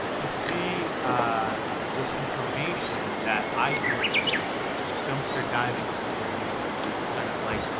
to see this information that i hear the dumpster diving stories, and these kind of like,